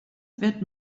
wird